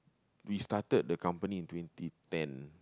we started the company in twenty ten